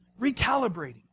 Recalibrating